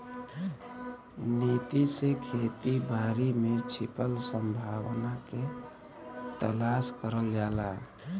नीति से खेती बारी में छिपल संभावना के तलाश करल जाला